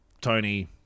Tony